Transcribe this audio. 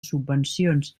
subvencions